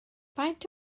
faint